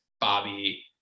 bobby